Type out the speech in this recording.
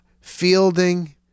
fielding